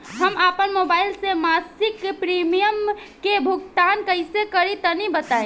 हम आपन मोबाइल से मासिक प्रीमियम के भुगतान कइसे करि तनि बताई?